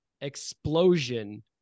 explosion